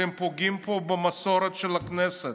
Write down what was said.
אתם פוגעים פה במסורת של הכנסת,